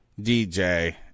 DJ